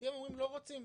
הם אומרים לא רוצים,